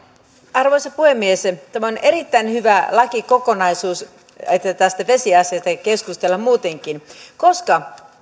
arvoisa puhemies tämä on erittäin hyvä lakikokonaisuus se että tästä vesiasiastakin keskustellaan muutenkin koska